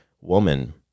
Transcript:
woman